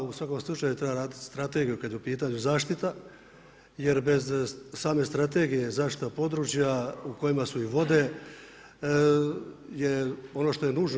U svakom slučaju treba raditi strategiju kad je u pitanju zaštita jer bez same strategije zaštita područja u kojima su i vode je ono što je nužno.